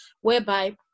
whereby